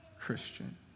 Christian